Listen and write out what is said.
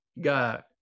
God